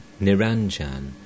Niranjan